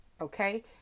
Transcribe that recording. Okay